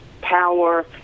power